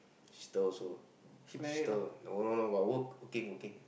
sister also sister no no no but work working working